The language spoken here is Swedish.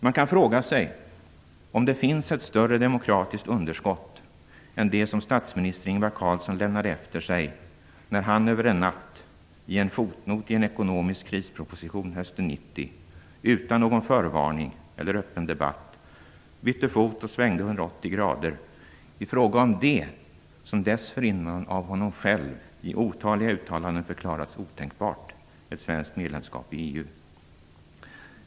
Man kan fråga sig om det finns ett större demokratiskt underskott än det som statsminister Ingvar Carlsson lämnade efter sig när han över en natt, i en fotnot i en ekonomisk krisproposition hösten 1990, utan någon förvarning eller öppen debatt, bytte fot och svängde 180 grader i fråga om det som dessförinnan av honom själv i otaliga uttalanden förklarats otänkbart, nämligen ett svenskt medlemskap i EU.